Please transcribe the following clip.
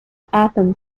anton